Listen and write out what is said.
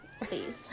Please